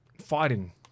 fighting